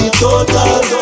total